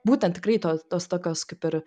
būten tikrai to tos tokios kaip ir